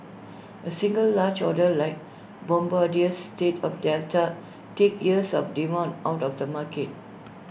A single large order like Bombardier's sale of Delta takes years of demand out of the market